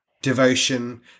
devotion